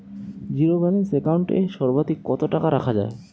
Zero balance account এ সর্বাধিক কত টাকা রাখা য়ায়?